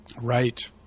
right